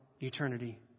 eternity